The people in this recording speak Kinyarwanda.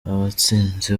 abatsinze